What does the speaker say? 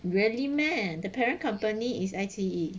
really meh the parent company it's 爱妻